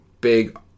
big